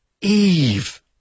eve